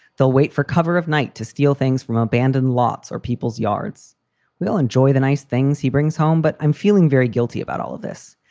they'll wait for cover of night to steal things from abandoned lots or people's yards will enjoy the nice things he brings home. but i'm feeling very guilty about all of this.